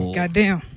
goddamn